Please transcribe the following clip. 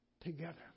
together